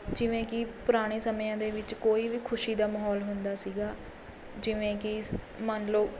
ਜਿਵੇਂ ਕਿ ਪੁਰਾਣੇ ਸਮਿਆਂ ਦੇ ਵਿੱਚ ਕੋਈ ਵੀ ਖੁਸ਼ੀ ਦਾ ਮਾਹੌਲ ਹੁੰਦਾ ਸੀਗਾ ਜਿਵੇਂ ਕਿ ਮੰਨ ਲਓ